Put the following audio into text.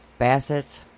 Bassets